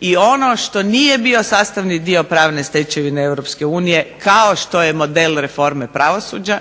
i ono što nije bio sastavni dio pravne stečevine Europske unije kao što je model reforme pravosuđa